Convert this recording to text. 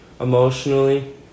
emotionally